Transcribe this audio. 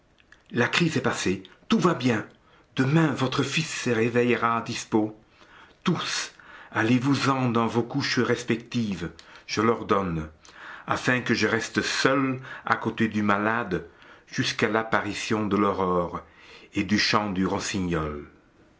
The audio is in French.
la crise est passée tout va bien demain votre fils se réveillera dispos tous allez-vous-en dans vos couches respectives je l'ordonne afin que je reste seul à côté du malade jusqu'à l'apparition de l'aurore et du chant du rossignol